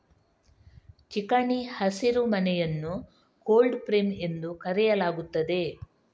ಚಿಕಣಿ ಹಸಿರುಮನೆಯನ್ನು cold frame ಎಂದು ಕರೆಯಲಾಗುತ್ತದೆ